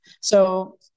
So-